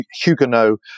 Huguenot